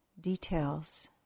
details